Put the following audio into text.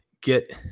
get